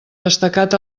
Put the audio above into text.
destacat